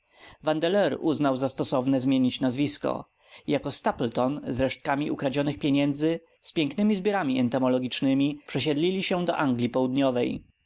vandeleur uznał za stosowne zmienić nazwisko jako stapleton z resztkami ukradzionych pieniędzy z pięknymi zbiorami entomologicznymi przesiedlił się do anglii południowej